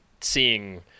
seeing